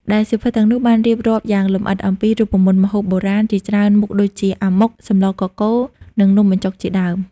ដែលសៀវភៅទាំងនោះបានរៀបរាប់យ៉ាងលម្អិតអំពី រូបមន្តម្ហូបបុរាណ ជាច្រើនមុខដូចជា អាម៉ុក សម្លរកកូរ និងនំបញ្ចុក ជាដើម។